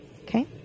Okay